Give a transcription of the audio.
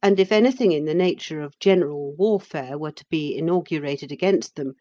and if anything in the nature of general warfare were to be inaugurated against them,